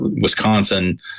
Wisconsin